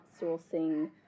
outsourcing